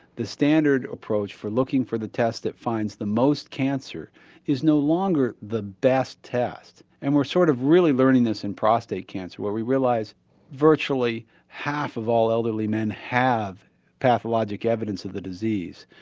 the standard approach for looking for the test that finds the most cancer is no longer the best test, and we're sort of really learning this in prostate cancer where we realise virtually half of all elderly men have pathologic evidence of the disease.